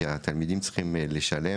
כי התלמידים צריכים לשלם.